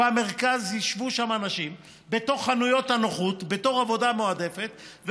ישבו אנשים בתוך חנויות הנוחות בתור עבודה מועדפת,